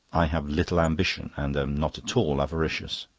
i have little ambition and am not at all avaricious.